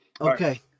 Okay